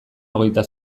hogeita